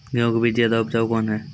गेहूँ के बीज ज्यादा उपजाऊ कौन है?